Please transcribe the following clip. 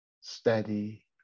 steady